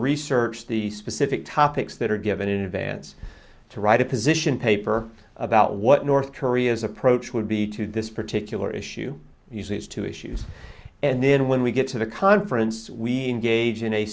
research the specific topics that are given in advance to write a position paper about what north korea has approach would be to this particular issue usually is two issues and then when we get to the conference we engage in a